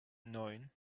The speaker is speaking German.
neun